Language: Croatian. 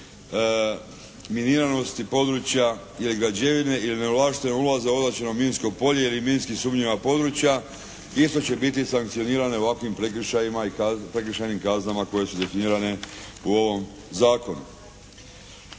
miniranosti područja ili građevine ili neovlaštenog ulaza na označeno minsko polje ili minski sumnjiva područja isto će biti sankcionirane ovakvim prekršajima i prekršajnim kaznama koje su definirane u ovom zakonu.